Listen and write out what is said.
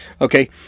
Okay